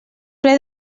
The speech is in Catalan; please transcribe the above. ple